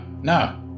no